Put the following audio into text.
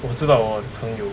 我知道我朋友